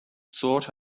sought